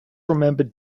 remembered